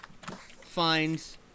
finds